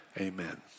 amen